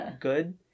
good